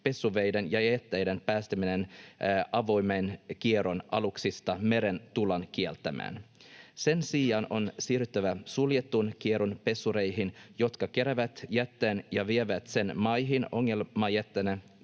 pesuveden ja jätteiden päästäminen avoimeen kiertoon aluksista mereen tullaan kieltämään. Sen sijaan on siirryttävä suljetun kierron pesureihin, jotka keräävät jätteen ja vievät sen maihin ongelmajätteenä